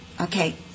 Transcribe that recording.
Okay